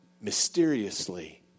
mysteriously